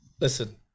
Listen